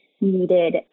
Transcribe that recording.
needed